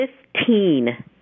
Fifteen